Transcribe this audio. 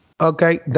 Okay